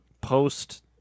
post